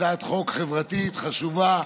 הצעת חוק חברתית חשובה.